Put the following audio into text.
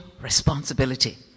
responsibility